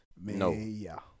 No